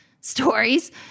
stories